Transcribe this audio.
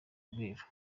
rweru